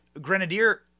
Grenadier